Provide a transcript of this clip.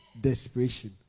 Desperation